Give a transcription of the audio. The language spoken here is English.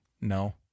No